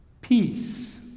Peace